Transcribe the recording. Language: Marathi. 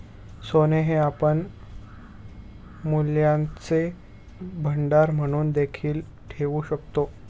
सोने हे आपण मूल्यांचे भांडार म्हणून देखील ठेवू शकतो